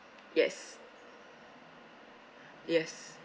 yes yes